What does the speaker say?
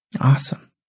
Awesome